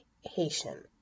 Haitian